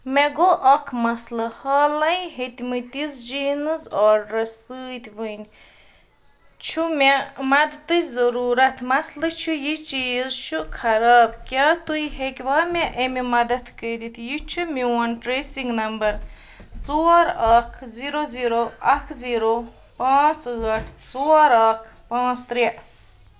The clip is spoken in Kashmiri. مےٚ گوٚو اَکھ مسلہٕ حالَے ہیٚتۍمٕتِس جیٖنٕز آرڈرَس سۭتۍ وٕنۍ چھُ مےٚ مدتٕچ ضٔروٗرَتھ مسلہٕ چھُ یہِ چیٖز چھُ خراب کیٛاہ تُہۍ ہیٚکِوا مےٚ اَمہِ مدتھ کٔرِتھ یہِ چھِ میون ٹرٛیسِنٛگ نمبَر ژور اَکھ زیٖرو زیٖرو اَکھ زیٖرو پانٛژھ ٲٹھ ژور اَکھ پانٛژھ ترٛےٚ